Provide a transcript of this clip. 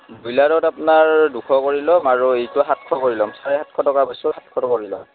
ব্ৰইলাৰত আপোনাৰ দুশ কৰি ল'ম আৰু এইটো সাতশ কৰি ল'ম চাৰে সাতশ টকা কৈছোঁ সাতশ টকা কৰি ল'ম